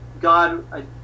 God